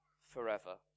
forever